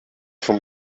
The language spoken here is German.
vom